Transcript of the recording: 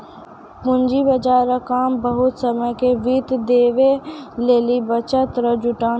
पूंजी बाजार रो काम बहुते समय के वित्त देवै लेली बचत रो जुटान करै छै